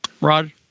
Rod